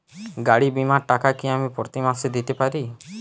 গাড়ী বীমার টাকা কি আমি প্রতি মাসে দিতে পারি?